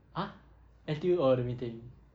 ah N_T_U oh the meeting